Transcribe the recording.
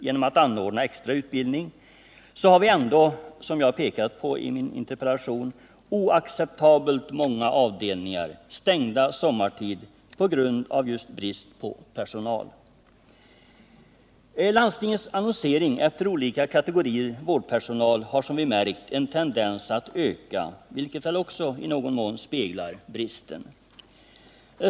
genom att anordna extra utbildning — har vi ändå, som jag pekat på i min interpellation, oacceptabelt många avdelningar stängda sommartid på grund av brist på vårdpersonal. Landstingens annonsering efter olika kategorier vårdpersonal har som vi märkt en tendens att öka, vilket väl också i någon mån speglar bristen.